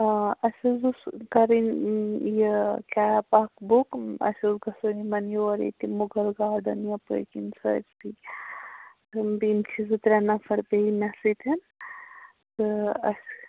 آ اسہٕ حَظ ٲس کرٕنۍ یہِ کیٖب اکھ بُک اسہِ اوس گژھُن یمن یور ییٚتہِ مُغل گاڈٕنۍ یپٲر کِنۍ سٲرسٕے بیٚیہِ چھِ زِ ترٛےٚ نفر بیٚیہِ مےٚ سۭتۍ تہٕ اسہِ